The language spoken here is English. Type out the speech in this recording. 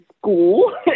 school